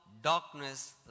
darkness